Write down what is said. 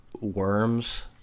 worms